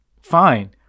fine